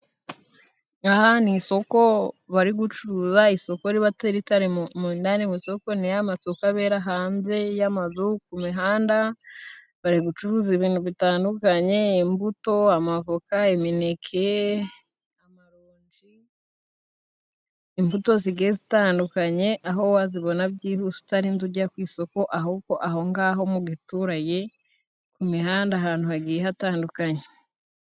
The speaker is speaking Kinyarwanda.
Aha ni isoko bari gucuruza. Isoko riba rita ritari ndani mu soko. Ni amasoko abera hanze y'amazu ku mihanda. Bari gucuruza ibintu bitandukanye: imbuto, amavoka, imineke, imbuto zigiye zitandukanye, aho wazibona byihuse utarinze ujya ku isoko, ahubwo aho ngaho mu giturage ku mihanda, ahantu hagiye hatandukanye.